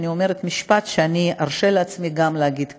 אני אומרת משפט שארשה לעצמי גם להגיד כאן: